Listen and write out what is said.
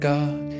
God